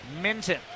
Minton